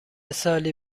سالی